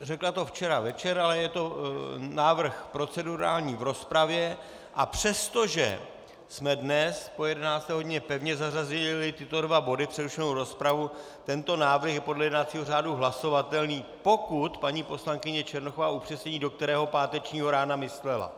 Řekla to včera večer, ale je to návrh procedurální v rozpravě, a přestože jsme dnes po 11. hodině pevně zařadili tyto dva body, přerušenou rozpravu, tento návrh je podle jednacího řádu hlasovatelný, pokud paní poslankyně Černochová upřesní, do kterého pátečního rána myslela.